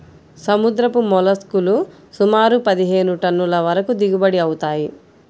సముద్రపు మోల్లస్క్ లు సుమారు పదిహేను టన్నుల వరకు దిగుబడి అవుతాయి